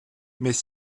mais